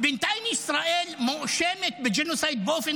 בינתיים ישראל מואשמת בג'נוסייד באופן